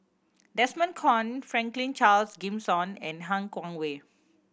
Desmond Kon Franklin Charles Gimson and Han Guangwei